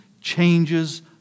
changes